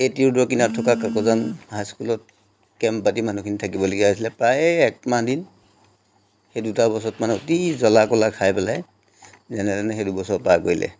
এ T ৰোডৰ কিনাৰত থকা কাকজান হাইস্কুলত কেম্প পাতি মানুহখিনি থাকিবলগীয়া হৈছিলে প্ৰায়ে একমাহ দিন সেই দুটা বছৰত মানে অতি জ্বলা কলা খাই পেলাই যেনেতেনে সেই দুবছৰ পাৰ কৰিলে